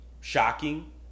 shocking